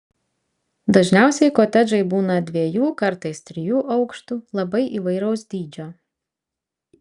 dažniausiai kotedžai būną dviejų kartais trijų aukštų labai įvairaus dydžio